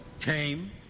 came